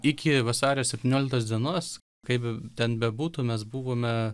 iki vasario septynioliktos dienos kaip ten bebūtų mes buvome